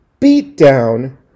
beatdown